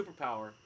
superpower